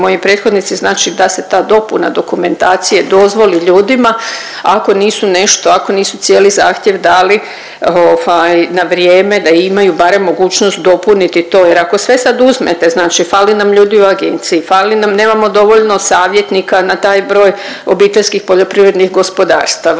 moji prethodnici, znači da se ta dopuna dokumentacije dozvoli ljudima, ako nisu nešto, ako nisu cijeli zahtjev dali, ovaj, na vrijeme da imaju barem mogućnost dopuniti to, jer ako sve sad uzmete, znači fali nam ljudi u agenciji, fali nam, nemamo dovoljno savjetnika na taj broj OPG-ova, traži se sve